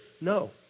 No